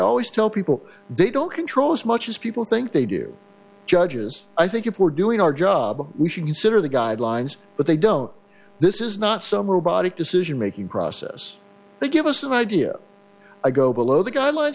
always tell people they don't control as much as people think they do judges i think if we're doing our job we should consider the guidelines but they don't this is not some robotic decision making process they give us an idea i go below the guidelines